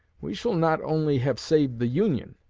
we shall not only have saved the union,